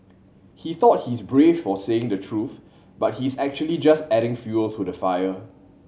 he thought he's brave for saying the truth but he's actually just adding fuel to the fire